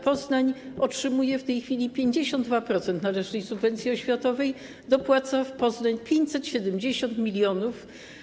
Poznań otrzymuje w tej chwili 52% należnej subwencji oświatowej, dopłaca 570 mln.